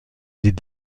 des